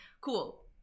Cool